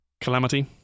Calamity